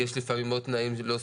י שלפעמים עוד תנאים לא סבירים.